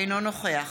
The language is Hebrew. אינו נוכח